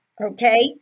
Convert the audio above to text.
Okay